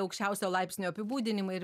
aukščiausio laipsnio apibūdinimai ir